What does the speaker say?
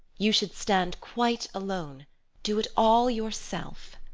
you should stand quite alone do it all yourself.